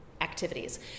Activities